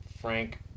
Frank